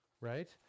right